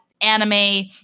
anime